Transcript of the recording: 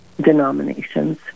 denominations